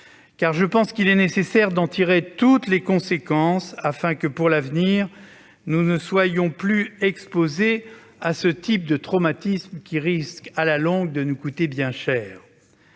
car il me semble nécessaire d'en tirer toutes les conséquences afin que, pour l'avenir, nous ne soyons plus exposés à ce type de traumatisme, qui risquerait de nous coûter bien cher,